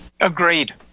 Agreed